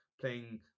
playing